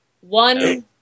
One